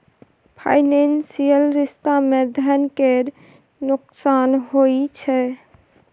financial रिश्ता मे धन केर नोकसान होइ छै